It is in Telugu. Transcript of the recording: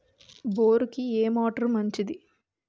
బోరుకి ఏ మోటారు మంచిది?